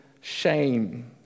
shame